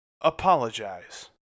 apologize